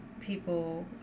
people